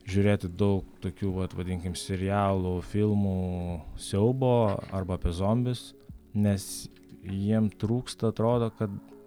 žiūrėti daug tokių vat vadinkim serialų filmų siaubo arba apie zombius nes jiem trūksta atrodo kad